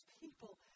people